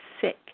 sick